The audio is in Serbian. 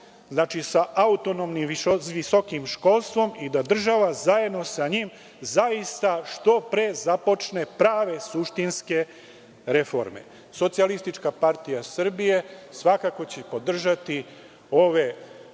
sa autonomnim visokim školstvom i da država zajedno sa njim zaista što pre započne prave suštinske reforme. Socijalistička partija Srbije svakako će podržati ove